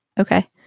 Okay